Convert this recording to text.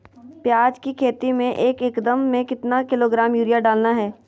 प्याज की खेती में एक एकद में कितना किलोग्राम यूरिया डालना है?